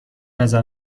نظر